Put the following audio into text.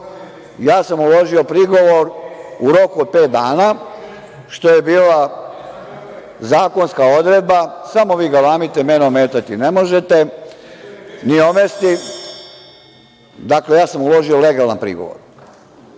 ja sam uložio prigovor u roku od pet dana što je bila zakonska odredba, samo vi galamite, mene ometati ne možete, ni omesti, dakle, ja sam uložio legalan prigovor.